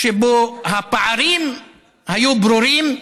שבו הפערים היו ברורים.